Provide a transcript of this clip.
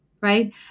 right